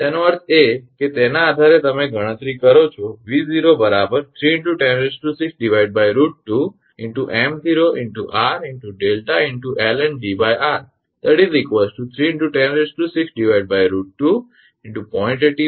તેનો અર્થ એ છે કે તેના આધારે તમે ગણતરી કરો 𝑉0 3 × 106√2 × 𝑚0 × 𝑟 × 𝛿 × ln𝐷𝑟 3×106√2 × 0